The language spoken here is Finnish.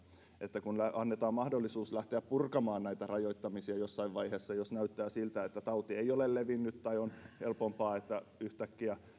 että annetaan mahdollisuus lähteä purkamaan näitä rajoittamisia jossain vaiheessa jos näyttää siltä että tauti ei ole levinnyt tai on helpompaa että yhtäkkiä